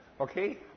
Okay